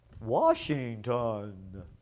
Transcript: Washington